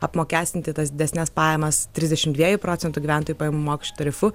apmokestinti tas didesnes pajamas trisdešim dviejų procentų gyventojų pajamų mokesčio tarifu